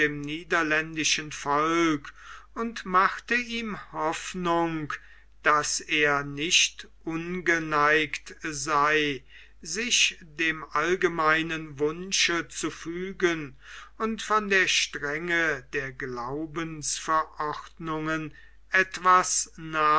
niederländischen volk und machte ihm hoffnung daß er nicht ungeneigt sei sich dem allgemeinen wunsche zu fügen und von der strenge der glaubensverordnungen etwas